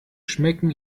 schmecken